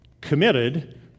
committed